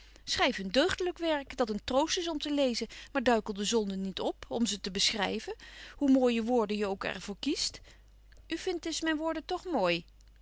schrijf een deugdelijk werk dat een troost is om te lezen maar duikel de zonde niet op om ze te beschrijven hoe mooie woorden je ook er voor kiest u vindt dus mijn woorden toch mooi